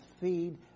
feed